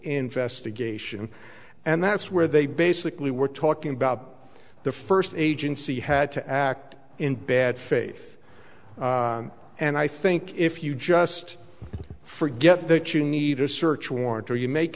investigation and that's where they basically were talking about the first agency had to act in bad faith and i think if you just forget that you need a search warrant or you make